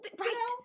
Right